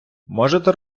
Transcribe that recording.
можете